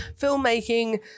filmmaking